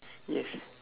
yes